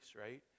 right